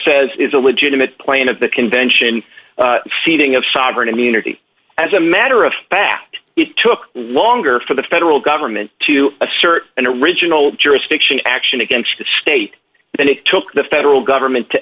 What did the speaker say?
says is a legitimate point of the convention seating of sovereign immunity as a matter of fact it took longer for the federal government to assert an original jurisdiction action against the state than it took the federal government to